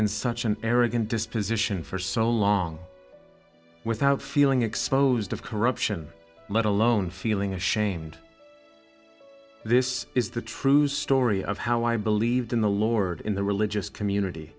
in such an arrogant disposition for so long without feeling exposed of corruption let alone feeling ashamed this is the true story of how i believed in the lord in the religious community